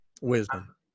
Wisdom